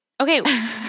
Okay